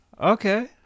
Okay